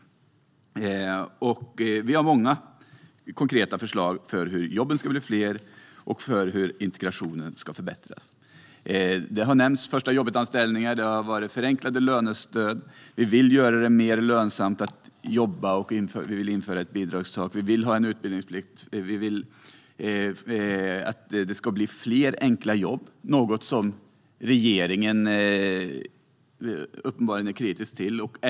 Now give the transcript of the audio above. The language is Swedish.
Vi har många konkreta förslag för hur jobben ska bli fler och för hur integrationen ska förbättras. Förstajobbetanställningar har nämnts, liksom förenklade lönestöd. Vi vill göra det lönsammare att jobba. Vi vill införa ett bidragstak. Vi vill ha en utbildningsplikt. Vi vill att det ska bli fler enkla jobb, något som regeringen uppenbarligen är kritisk till.